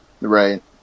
Right